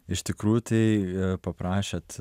iš tikrųjų tai paprašėt